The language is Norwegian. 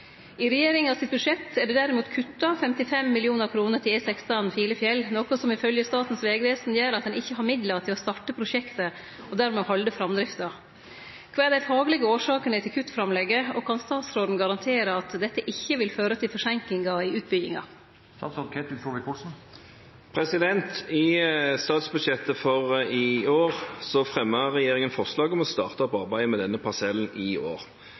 i 2015. I regjeringa sitt budsjett er det derimot kutta 55 mill. kr til E16 Filefjell, noko som ifølgje Statens vegvesen gjer at ein ikkje har midlar til å starte prosjektet og dermed halde framdrifta. Kva er dei faglege årsakene til kuttframlegget, og kan statsråden garantere at dette ikkje vil føre til forseinkingar i utbygginga?» I statsbudsjettet for i år fremmet regjeringen forslag om å starte på arbeidet med denne parsellen i år.